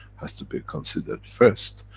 has to be considered first,